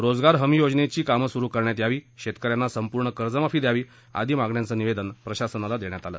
रोजगार हमी योजनेची कामं सुरु करण्यात यावी शेतकऱ्यांना संपूर्ण कर्जमाफी आदी मागण्यांचं निवेदन प्रशासनाला देण्यात आलं